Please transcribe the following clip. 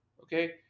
Okay